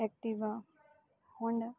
Activa Honda